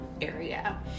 area